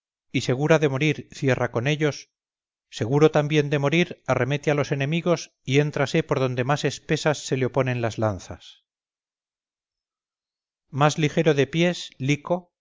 y segura de morir cierra con ellos seguro también de morir arremete a los enemigos y éntrase por donde más espesas se le oponen las lanzas más ligero de pies lico